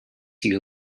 you